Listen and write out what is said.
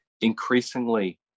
increasingly